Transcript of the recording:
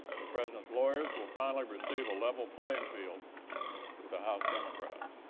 the president's lawyers will finally receive a level playing field with the house democrats.